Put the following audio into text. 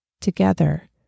Together